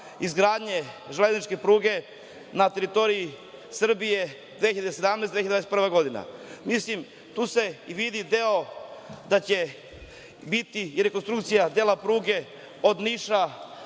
izgradnje železničke pruge na teritoriji Srbije 2017. Tu se vidi deo da će biti i rekonstrukcija dela pruge od Niša,